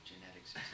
genetics